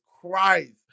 Christ